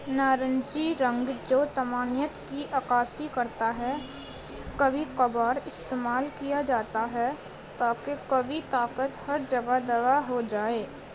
نارنجی رنگ جو طمانیت کی عکاسی کرتا ہے کبھی کبھار استعمال کیا جاتا ہے تاکہ قوی طاقت ہر جگہ دوا ہو جائے